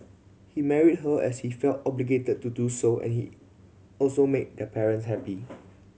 he married her as he felt obligated to do so and he also made the parents happy